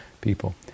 people